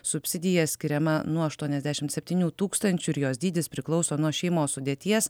subsidija skiriama nuo aštuoniasdešim septynių tūkstančių ir jos dydis priklauso nuo šeimos sudėties